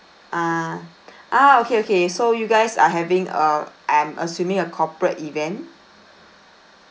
ah ah okay okay so you guys are having a I am assuming a corporate event